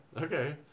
okay